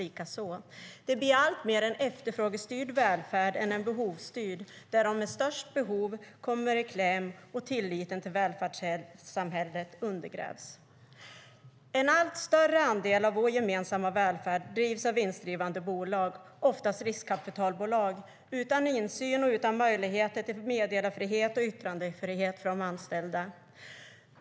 Det blir alltmer en efterfrågestyrd välfärd än en behovsstyrd, där de med störst behov kommer i kläm och tilliten till välfärdssamhället undergrävs. En allt större andel av vår gemensamma välfärd drivs av vinstdrivande bolag, oftast riskkapitalbolag utan insyn och utan möjligheter till meddelarfrihet och yttrandefrihet för de anställda.